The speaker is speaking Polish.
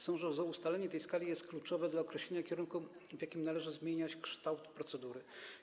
Sądzę, że ustalenie tej skali jest kluczowe dla określenia kierunku, w jakim należy zmieniać kształt procedury.